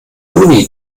juni